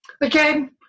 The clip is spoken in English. again